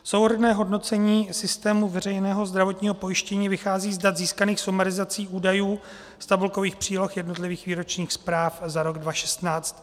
Souhrnné hodnocení systému veřejného zdravotního pojištění vychází z dat získaných sumarizací údajů tabulkových příloh jednotlivých výročních zpráv za rok 2016.